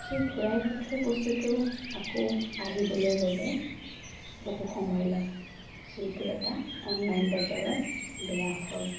সেই ঘুৰাই পঠোৱা বস্তুটো আকৌ আহিবলৈ বাবে বহু সময় লয় সেইটো এটা অনলাইন বজাৰৰ বেয়া ফল